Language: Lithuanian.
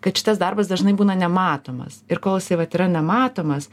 kad šitas darbas dažnai būna nematomas ir kol jisai vat yra nematomas